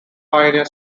pioneer